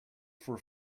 for